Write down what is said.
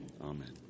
Amen